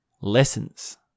Lessons